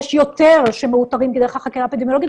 יש יותר שמאותרים דרך החקירה האפידמיולוגית,